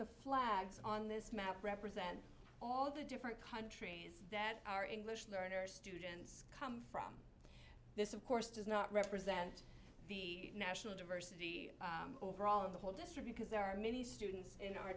the flags on this map represent all the different countries that are english learners students come from this of course does not represent the national diversity overall in the whole distributers there are many students in our